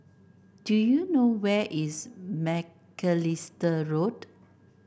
do you know where is Macalister Road